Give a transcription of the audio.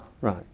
Right